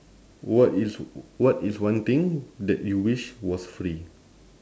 what is what is one thing that you wish was free